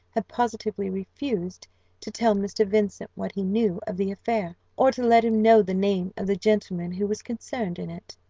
had positively refused to tell mr. vincent what he knew of the affair, or to let him know the name of the gentleman who was concerned in it.